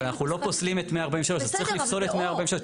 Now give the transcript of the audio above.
אבל אנחנו לא פוסלים את 143. זה צריך לפסול את 143. בסדר.